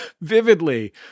vividly